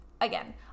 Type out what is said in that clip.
again